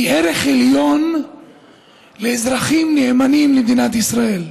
היא ערך עליון לאזרחים נאמנים למדינת ישראל.